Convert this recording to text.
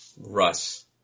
Russ